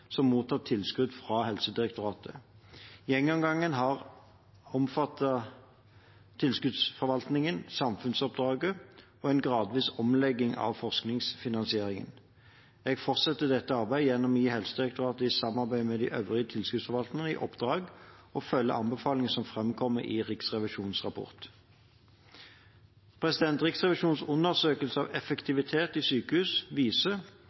som mottar tilskudd fra Helsedirektoratet. Gjennomgangen har omfattet tilskuddsforvaltningen, samfunnsoppdraget og en gradvis omlegging av forskningsfinansieringen. Jeg fortsetter dette arbeidet gjennom å gi Helsedirektoratet i samarbeid med de øvrige tilskuddsforvalterne i oppdrag å følge anbefalingene som framkommer i Riksrevisjonens rapport. Riksrevisjonens undersøkelse av effektivitet i sykehus viser